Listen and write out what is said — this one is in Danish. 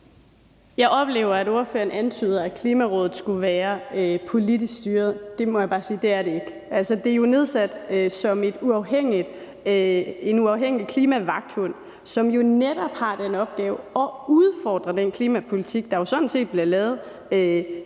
Jeg oplever, at ordføreren antyder, at Klimarådet skulle være politisk styret. Og der må jeg bare sige, at det er det ikke. Det er nedsat som en uafhængig klimavagthund, som jo netop har den opgave at udfordre den klimapolitik, der sådan set bliver lavet